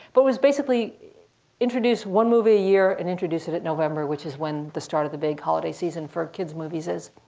but was basically introduce one movie a year, and introduce it at november, which is when the start of the big holiday season for kids movies is.